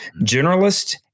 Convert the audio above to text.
generalist